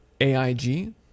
AIG